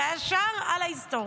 זה היה שער אללה יוסתור.